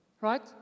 Right